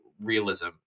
realism